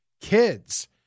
kids